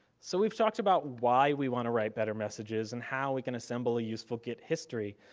so, we've talked about why we want to write better messages and how we can assemble a useful git history,